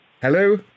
Hello